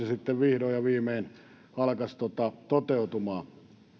sitten vihdoin ja viimein alkaisi toteutumaan